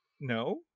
no